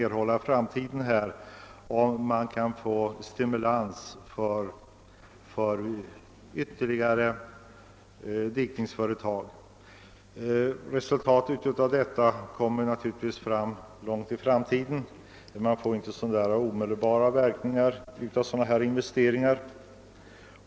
En ökad produktivitet kan givetvis erhållas om man stimulerar till ytterligare dikningsföretag, men resultatet av dessa kommer långt fram i tiden. Det blir inte några omedelbara verkningar av sådana investeringar.